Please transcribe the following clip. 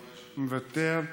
מוותר,